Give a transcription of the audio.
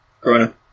Corona